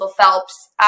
Phelps